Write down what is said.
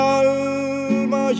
alma